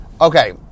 Okay